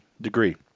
degree